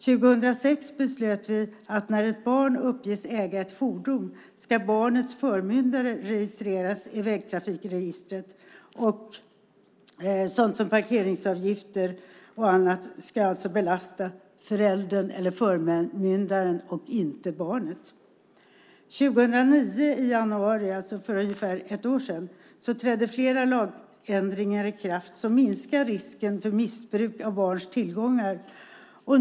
År 2006 beslutade vi att när ett barn uppges äga ett fordon ska barnets förmyndare registreras i vägtrafikregistret. Sådant som parkeringsavgifter och annat ska alltså belasta föräldern eller förmyndaren och inte barnet. I januari 2009, alltså för ungefär ett år sedan, trädde flera lagändringar i kraft som minskar risken för missbruk av barns tillgångar.